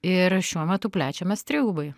ir šiuo metu plečiamės trigubai